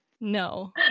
No